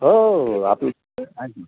हो हो आपलं